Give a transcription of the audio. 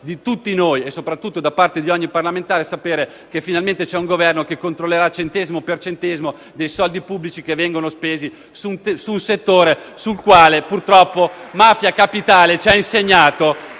di tutti noi - e soprattutto da parte di ogni parlamentare - sapere che finalmente c'è un Governo che controllerà, centesimo per centesimo, soldi pubblici che vengono spesi su un settore sul quale, purtroppo, mafia capitale ci ha insegnato